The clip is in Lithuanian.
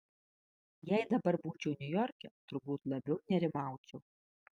jei dabar būčiau niujorke turbūt labiau nerimaučiau